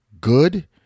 good